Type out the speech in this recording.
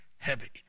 heavy